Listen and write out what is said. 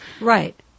Right